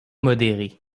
modérés